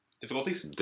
Difficulties